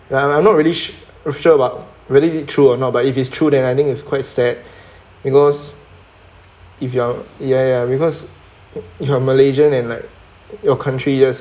and I'm I'm not really sure about really true or not but if it is true then I think it's quite sad because if you are ya ya because you are malaysian and like your country just